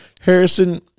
Harrison